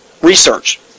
research